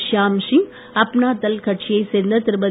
ஷியாம்ஷிங் அப்னா தள் கட்சியைச் சேர்ந்த திருமதி